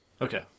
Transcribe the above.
Okay